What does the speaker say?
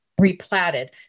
replatted